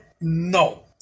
No